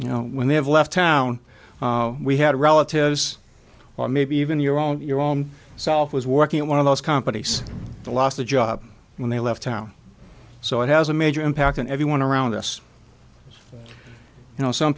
you know when they have left town we had relatives or maybe even your own your own self was working at one of those companies lost a job when they left town so it has a major impact on everyone around us you know some